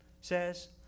says